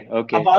okay